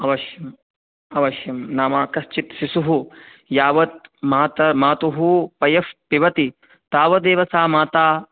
अवश्यम् अवश्यं नाम कश्चित् शिशुः यावत् मात मातुः पयः पिबति तावदेव सा माता